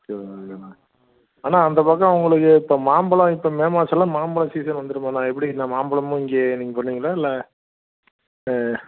okay ஓகேண்ணா அண்ணா அந்த பக்கம் உங்களுக்கு இப்போ மாம்பழம் இப்போ மே மாதம்லாம் மாம்பழம் சீசன் வந்துருக்குண்ணா எப்படிங்கண்ணா மாம்பழமும் இங்கேயே நீங்கள் பண்ணுவீங்களா இல்லை